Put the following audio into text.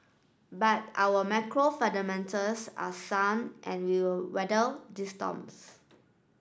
but our macro fundamentals are sound and we will weather these storms